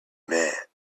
meant